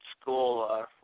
school